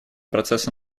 процесса